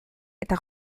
eta